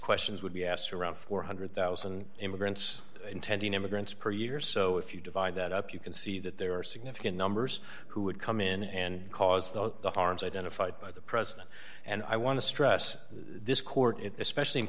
questions would be ass or around four hundred thousand dollars immigrants intending immigrants per year so if you divide that up you can see that there are significant numbers who would come in and cause those harms identified by the president and i want to stress this court especially in